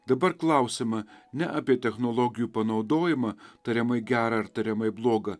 dabar klausiama ne apie technologijų panaudojimą tariamai gerą ar tariamai blogą